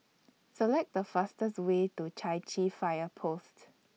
Select The fastest Way to Chai Chee Fire Post